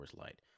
Light